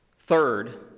third,